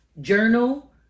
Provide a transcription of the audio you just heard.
journal